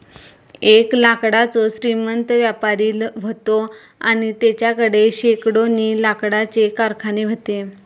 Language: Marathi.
एक लाकडाचो श्रीमंत व्यापारी व्हतो आणि तेच्याकडे शेकडोनी लाकडाचे कारखाने व्हते